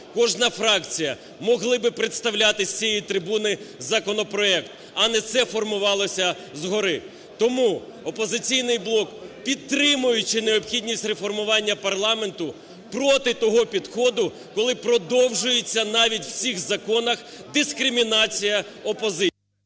кожна фракція могли би представляти з цієї трибуни законопроект, а не це формувалося згори. Тому "Опозиційний блок", підтримуючи необхідність реформування парламенту, проти того підходу, коли продовжується навіть в цих законах дискримінація…